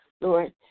Lord